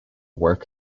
work